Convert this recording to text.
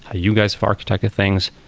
ah you guys have architected things,